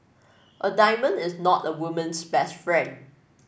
a diamond is not a woman's best friend